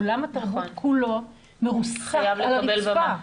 עולם התרבות כולו מרוסק על הרצפה,